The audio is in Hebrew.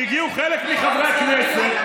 כי הגיעו חלק מחברי הכנסת,